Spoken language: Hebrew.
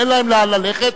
אין להם לאן ללכת,